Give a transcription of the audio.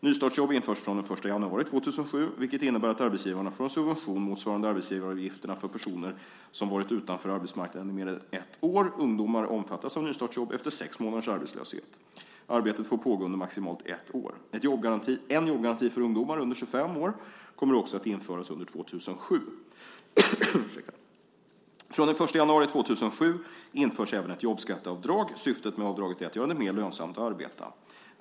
Nystartsjobb införs den 1 januari 2007, vilket innebär att arbetsgivarna får en subvention motsvarande arbetsgivaravgifterna för personer som varit utanför arbetsmarknaden i mer än ett år. Ungdomar omfattas av nystartsjobb efter sex månaders arbetslöshet. Arbetet får pågå under maximalt ett år. En jobbgaranti för ungdomar under 25 år kommer också att införas under 2007. Den 1 januari 2007 införs även ett jobbskatteavdrag. Syftet med avdraget är att göra det mer lönsamt att arbeta.